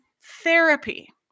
therapy